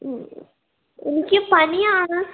എനിക്ക് പനിയാണ്